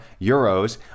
euros